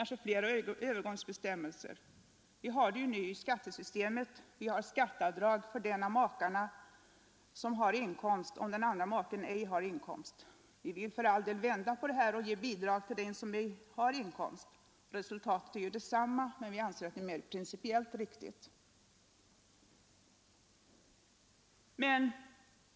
Sådana finns nu i skattesystemet. Vi har skatteavdrag för den av makarna som har inkomst om den andre maken inte har inkomst. Vi vill för all del vända på detta och ge bidrag till den som inte har inkomst. Resultatet blir detsamma, men vi anser att vårt förslag är mer principiellt riktigt.